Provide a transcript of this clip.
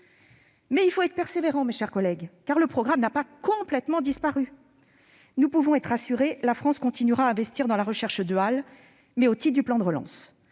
Mais il faut savoir être persévérant, mes chers collègues, car le programme n'a pas complètement disparu. Nous pouvons être rassurés : la France continuera à investir dans la recherche duale, mais au titre du plan de relance